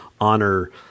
honor